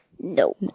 No